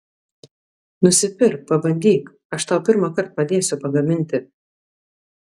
nusipirk pabandyk aš tau pirmąkart padėsiu pagaminti